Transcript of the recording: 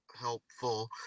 helpful